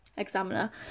examiner